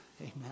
Amen